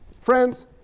Friends